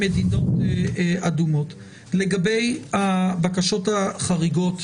לגבי הבקשות החריגות